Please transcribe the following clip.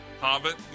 Hobbit